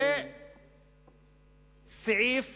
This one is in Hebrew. סעיף